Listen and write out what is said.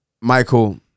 Michael